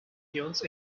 jones